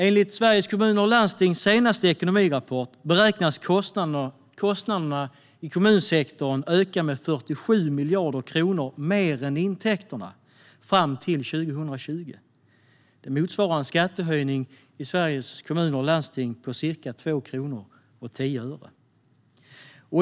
Enligt Sveriges Kommuner och Landstings senaste ekonomirapport beräknas kostnaderna i kommunsektorn öka med 47 miljarder kronor mer än intäkterna fram till 2020. Det motsvarar en skattehöjning i Sveriges kommuner och landsting på ca 2 kronor och 10 öre.